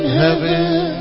heaven